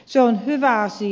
se on hyvä asia